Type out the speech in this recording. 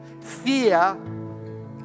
fear